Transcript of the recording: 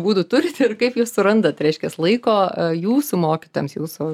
būdų turit ir kaip jūs surandat reiškias laiko jūsų mokytojams jūsų